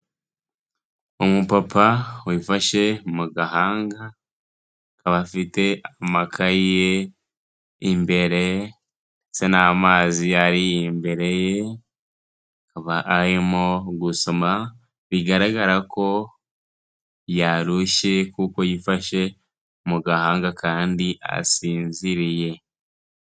Umupapa wifashe mu gahanga, akaba afite amakayi ye imbere ndetse n'amazi ari imbere ye arimo gusoma, bigaragara ko yarushye kuko yifashe mu gahanga kandi asinziriye.